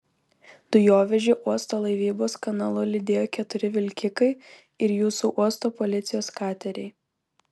dujovežį uosto laivybos kanalu lydėjo keturi vilkikai ir jūsų uosto policijos kateriai